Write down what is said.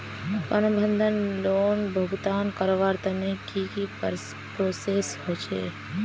प्रबंधन लोन भुगतान करवार तने की की प्रोसेस होचे?